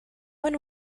one